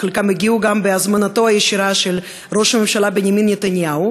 וחלקם הגיעו גם בהזמנתו הישירה של ראש הממשלה בנימין נתניהו,